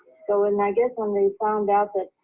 so and i guess when they found out that,